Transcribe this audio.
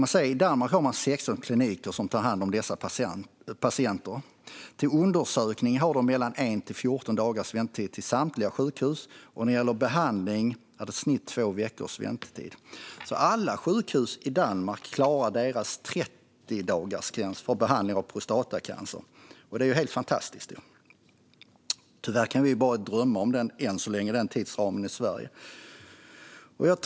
I Danmark har man 16 kliniker som tar hand om dessa patienter. Väntetiden för undersökning är 1-14 dagar till samtliga sjukhus. Och när det gäller behandling är det i genomsnitt två veckors väntetid. Alla sjukhus i Danmark klarar alltså deras 30-dagarsgräns för behandling av prostatacancer. Det är helt fantastiskt. Tyvärr kan vi i Sverige än så länge bara drömma om denna tidsram.